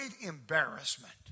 embarrassment